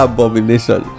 Abomination